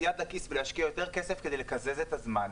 יד לכיס ולהשקיע יותר כסף כדי לקזז את הזמן?